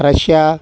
Russia